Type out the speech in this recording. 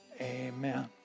amen